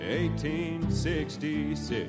1866